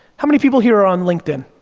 how many people here are on linkedin?